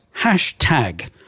hashtag